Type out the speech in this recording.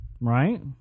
Right